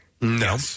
No